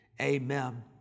Amen